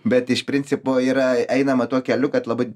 bet iš principo yra einama tuo keliu kad labai